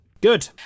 Good